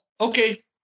Okay